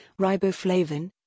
riboflavin